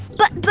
but. but.